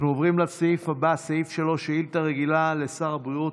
סעיף 3, שאילתה רגילה לשר הבריאות.